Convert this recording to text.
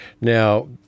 Now